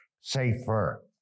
safer